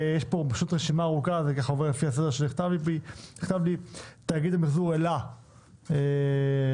יושב-ראש דירקטוריון תאגיד המחזור אל"ה,